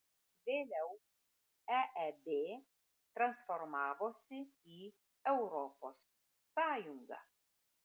vėliau eeb transformavosi į europos sąjungą